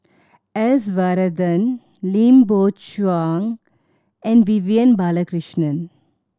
S Varathan Lim Biow Chuan and Vivian Balakrishnan